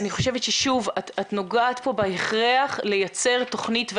אני חושבת ששוב את נוגעת כאן בהכרח לייצר תוכנית.